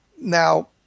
Now